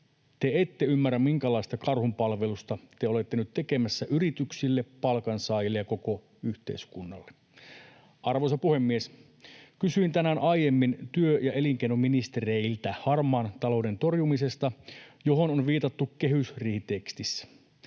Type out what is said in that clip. te ette ymmärrä, minkälaista karhunpalvelusta te olette nyt tekemässä yrityksille, palkansaajille ja koko yhteiskunnalle. Arvoisa puhemies! Kysyin tänään aiemmin työ- ja elinkeinoministereiltä harmaan talouden torjumisesta, johon on viitattu kehysriihitekstissä.